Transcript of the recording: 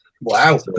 wow